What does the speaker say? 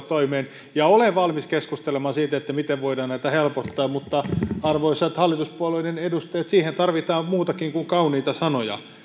toimeen olen valmis keskustelemaan siitä miten voidaan näitä helpottaa mutta arvoisat hallituspuolueiden edustajat siihen tarvitaan muutakin kuin kauniita sanoja